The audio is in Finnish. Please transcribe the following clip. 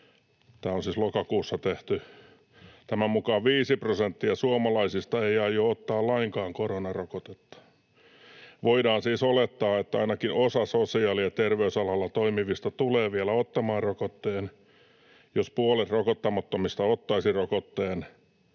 tämä on siis lokakuussa tehty — ”5 prosenttia suomalaisista ei aio ottaa lainkaan koronarokotetta. Voidaan siis olettaa, että ainakin osa sosiaali‑ ja terveysalalla toimivista tulee vielä ottamaan rokotteen. Jos puolet rokottamattomista ottaisi rokotteen,